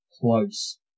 close